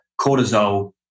cortisol